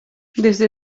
desde